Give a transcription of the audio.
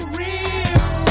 real